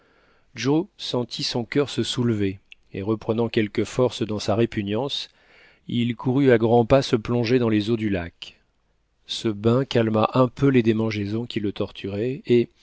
joe sentit son cur se soulever et reprenant quelque force dans sa répugnance il courut à grands pas se plonger dans les eaux du lac ce bain calma un peu les démangeaisons qui le torturaient et